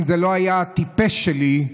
אם זה לא היה הטיפש שלי,